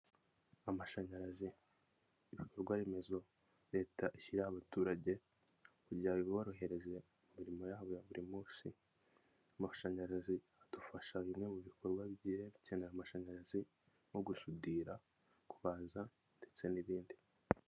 Amashanyarazi: ibikorwaremezo leta ishyiriraho abaturage kugira ngo biborohereze mu mirimo yabo ya buri munsi. Amashanyarazi adufasha bimwe mu bikorwa bigiye bikeneye amashanyarazi, nko gusudira, kubaza ndetse n'ibindi.